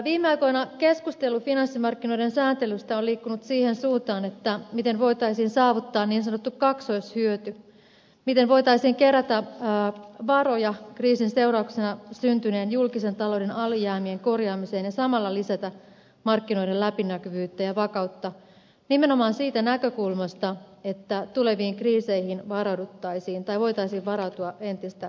viime aikoina keskustelu finanssimarkkinoiden sääntelystä on liikkunut siihen suuntaan miten voitaisiin saavuttaa niin sanottu kaksoishyöty miten voitaisiin kerätä varoja kriisin seurauksena syntyneiden julkisen talouden alijäämien korjaamiseen ja samalla lisätä markkinoiden läpinäkyvyyttä ja vakautta nimenomaan siitä näkökulmasta että tuleviin kriiseihin varauduttaisiin tai voitaisiin varautua entistä paremmin